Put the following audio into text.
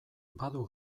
badu